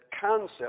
concept